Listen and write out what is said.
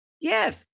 Yes